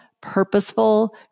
purposeful